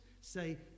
say